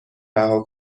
رها